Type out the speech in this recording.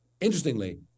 interestingly